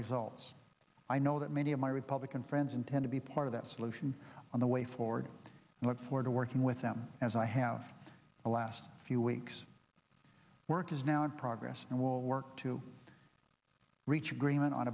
results i know that many of my republican friends intend to be part of that solution on the way forward i look forward to working with them as i have a last few weeks work is now in progress and will work to reach agreement o